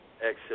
Exit